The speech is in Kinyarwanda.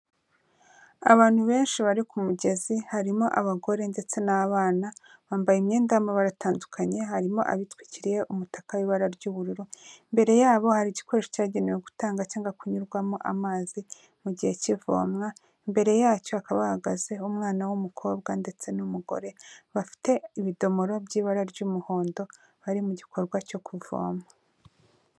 Abantu benshi bari ku mugezi, harimo abagore ndetse n'abana bambaye imyenda y'amabaratandukanye, harimo abitwikiriye umutaka w'ibara ry'ubururu, imbere yabo hari igikoresho cyagenewe gutanga cyangwa kunyurwamo amazi mu gihe cy'ivomwa, imbere yacyo hakaba hahagaze umwana w'umukobwa ndetse n'umugore bafite ibidomoro by'ibara ry'umuhondo, bari mu gikorwa cyo kuvoma.